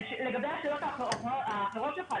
לגבי השאלות האחרות שלך,